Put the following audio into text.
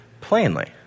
plainly